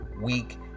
week